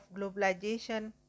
globalization